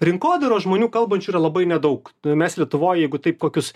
rinkodaros žmonių kalbančių yra labai nedaug mes lietuvoj jeigu taip kokius